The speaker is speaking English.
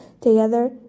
Together